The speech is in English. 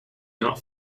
not